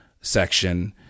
section